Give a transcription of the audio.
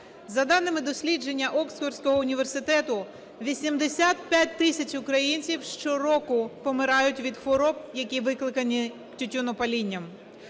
За даними дослідження Оксфордського університету, 85 тисяч українців щороку помирають від хвороб, які викликані тютюнопалінням.